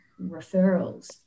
referrals